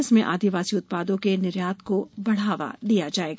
इसमें आदिवासी उत्पादों के निर्यात को बढ़ावा दिया जाएगा